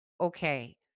Okay